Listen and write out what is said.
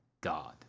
god